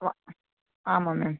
வா ஆமாம் மேம்